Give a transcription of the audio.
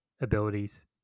abilities